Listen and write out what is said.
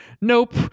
nope